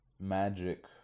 magic